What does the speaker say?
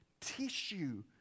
tissue